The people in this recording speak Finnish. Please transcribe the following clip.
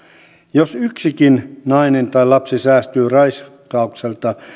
jos yksikin nainen tai lapsi säästyy raiskaukselta